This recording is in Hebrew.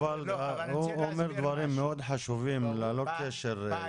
אבל הוא אומר דברים מאוד חשובים ללא קשר,